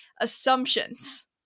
assumptions